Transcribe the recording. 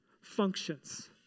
functions